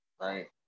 Right